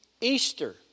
Easter